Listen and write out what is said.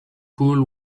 pool